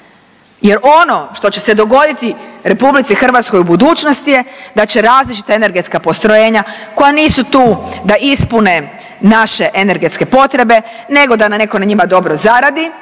jer ono što će se dogoditi RH u budućnosti je da će različita energetska postrojenja koja nisu tu da ispune naše energetske potrebe nego da netko na njima dobro zaradi